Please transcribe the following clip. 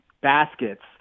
baskets